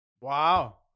Wow